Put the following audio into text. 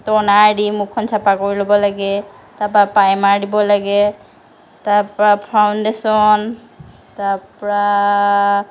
toner দুই মুখখন চফা কৰি ল'ব লাগে তাৰ পৰা প্ৰাইমাৰ দিব লাগে তাৰ পৰা ফাউণ্ডেশ্যন তাৰ পৰা